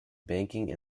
banking